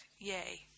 Yay